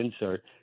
insert